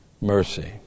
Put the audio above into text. Mercy